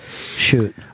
shoot